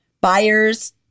buyers